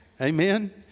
Amen